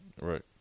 Right